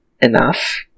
enough